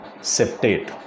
septate